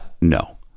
no